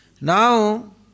Now